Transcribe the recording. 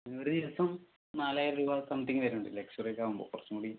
പിന്നെ ഒരു ദിവസം നാലായിരം രൂപ സംതിങ്ങ് വരുന്നുണ്ട് ലക്ഷുറി ഒക്കെ ആവുമ്പോൾ കുറച്ചും കൂടി